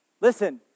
Listen